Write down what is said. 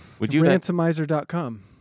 ransomizer.com